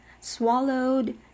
swallowed